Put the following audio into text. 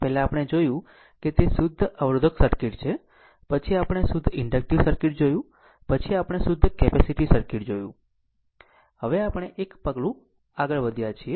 પહેલા આપણે જોયું કે તે શુદ્ધ અવરોધક સર્કિટ છે પછી આપણે શુદ્ધ ઇન્ડકટીવ સર્કિટ જોયું પછી આપણે શુદ્ધ કેપેસિટીવ સર્કિટ જોયું હવે આપણે એક પગલું આગળ વધીએ છીએ